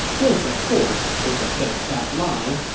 this, of course, was a big fat lie,